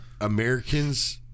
Americans